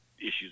issues